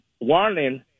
warning